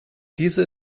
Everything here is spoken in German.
diese